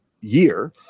year